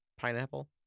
Pineapple